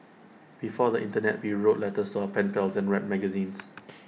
before the Internet we wrote letters to our pen pals and read magazines